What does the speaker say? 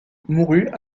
mourut